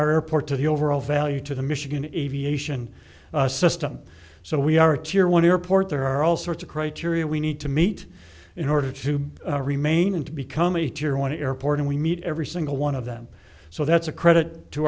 our airport to the overall value to the michigan aviation system so we are to your one airport there are all sorts of criteria we need to meet in order to remain and to become a teacher want to airport and we meet every single one of them so that's a credit to